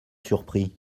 surpris